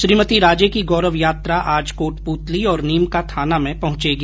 श्रीमती राजे की गौरव यात्रा आज कोटप्रतली और नीम का थाना में पहुंचेगी